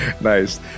Nice